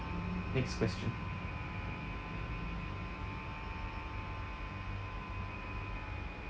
next question